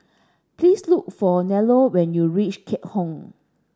please look for Nello when you reach Keat Hong